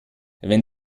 wenn